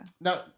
Now